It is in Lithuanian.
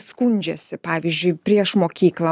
skundžiasi pavyzdžiui prieš mokyklą